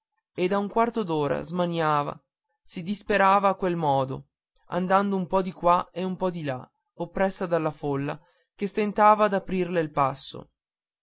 e da un quarto d'ora smaniava si disperava a quel modo andando un po di qua e un po di là oppressa dalla folla che stentava ad aprirle il passo